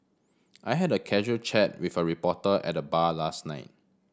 I had a casual chat with a reporter at the bar last night